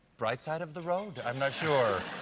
bright side of the road? i'm not sure.